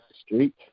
Street